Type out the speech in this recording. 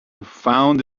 found